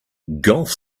golf